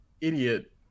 idiot